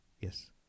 Yes